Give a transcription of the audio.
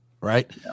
Right